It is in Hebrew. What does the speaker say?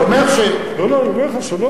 הוא אומר, לא, אני אומר לך שלא.